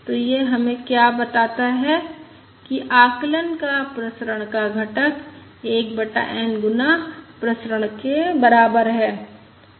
तो यह हमें क्या बताता है कि आकलन का प्रसरण का घटक 1 बटा N गुना प्रसरण के बराबर हैं